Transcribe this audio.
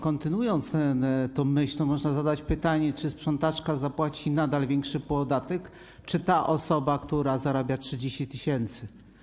Kontynuując tę myśl, można zadać pytanie: Czy sprzątaczka nadal zapłaci większy podatek, czy ta osoba, która zarabia 30 tys.